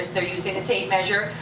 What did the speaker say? they're using a tape measure.